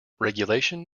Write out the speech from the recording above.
regulation